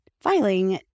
filing